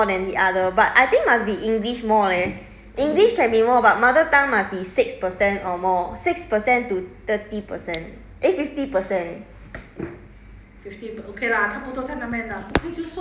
现在掺掺讲但是我烦我怕等一下我讲多一个 more than the other but I think must be english more leh english can be more but mother tongue must be six percent or more six percent to thirty percent eh fifty percent